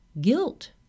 guilt